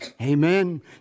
Amen